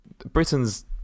Britain's